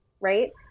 right